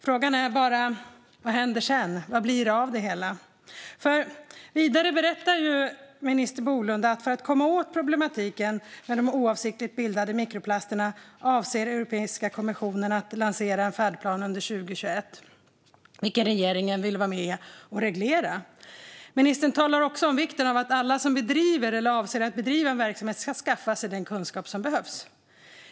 Frågan är bara: Vad händer sedan? Vad blir det av det hela? Vidare berättar minister Bolund att för att komma åt problematiken med de oavsiktligt bildade mikroplasterna avser Europeiska kommissionen att lansera en färdplan under 2021, vilken regeringen vill vara med och reglera. Ministern talar också om vikten av att alla som bedriver eller avser att bedriva en verksamhet ska skaffa sig den kunskap som behövs.